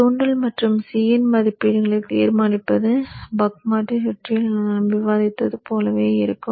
தூண்டல் மற்றும் C இன் மதிப்பீடுகளை தீர்மானிப்பது பக் மாற்றி சுற்றில் நாம் விவாதித்தது போலவே இருக்கும்